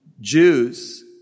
Jews